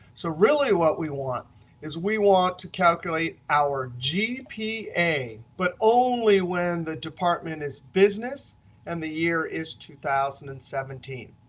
so really, what we want is we want to calculate our gpa, but only when the department is business and the year is two thousand and seventeen.